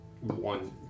one